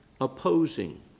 opposing